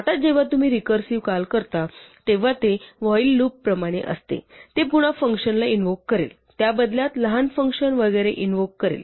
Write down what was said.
आता जेव्हा तुम्ही रिकर्सिव्ह कॉल करता तेव्हा ते व्हाईल लूप प्रमाणे असते ते पुन्हा फंक्शनला इनवोक करेल त्या बदल्यात लहान फंक्शन वगैरे इनवोक करेल